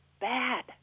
bad